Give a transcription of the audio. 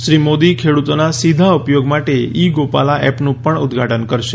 શ્રી મોદી ખેડૂતોના સીધા ઉપયોગ માટે ઇ ગોપાલા એપનું પણ ઉદઘાટન કરશે